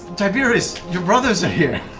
tiberius, your brothers are here!